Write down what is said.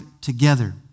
together